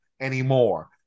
anymore